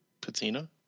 Patina